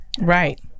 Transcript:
Right